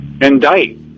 indict